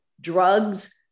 drugs